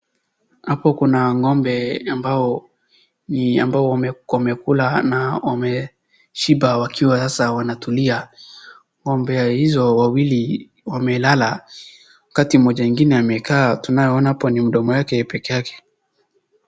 Hapa kuna ng'ombe ambao wamekula na wameshiba wakiwa sasa wanatulia.Ng'ombe hizo wawili wamelala wakati moja ingine amekaa tunaye ona hapa ni mdomo yake peke yake.